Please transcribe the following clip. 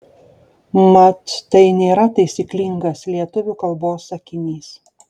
mat tai nėra taisyklingas lietuvių kalbos sakinys